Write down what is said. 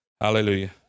Hallelujah